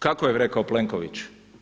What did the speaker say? Kako je rekao Plenković?